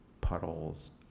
puddles